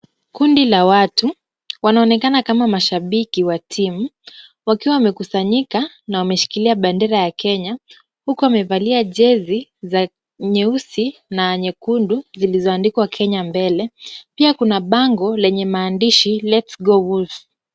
Kundi la watu, wanaonekana kama mashabiki wa timu, wakiwa wamekusanyika na wameshikilia bendera ya Kenya, huku amevalia jezi za nyeusi na nyekundu zilizoandikwa Kenya mbele. Pia kuna bango lenye maandishi lets go wolf .